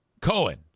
Cohen